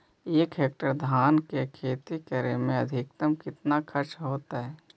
एक हेक्टेयर धान के खेती करे में अधिकतम केतना खर्चा होतइ?